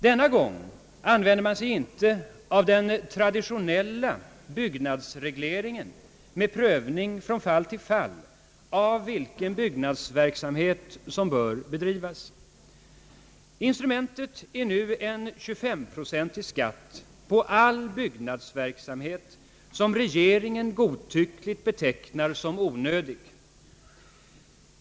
Denna gång använder man sig inte av den traditionella byggnadsregleringen med prövning från fall till fall av vilken byggnadsverksamhet som bör bedrivas. Instrumentet är nu en 25-procentig skatt på all byggnadsverksamhet som regeringen godtyckligt betecknar som onödig.